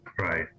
Right